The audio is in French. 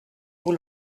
vous